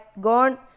gone